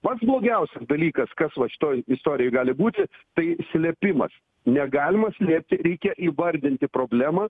pats blogiausias dalykas kas va šitoj istorijoj gali būti tai slėpimas negalima slėpti reikia įvardinti problemą